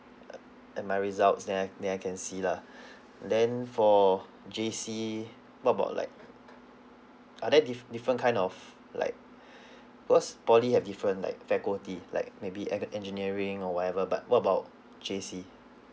uh and my results then then I can see lah then for J_C what about like are there dif~ different kind of like because polytechnic have different like faculty like maybe at the engineering or whatever but what about J_C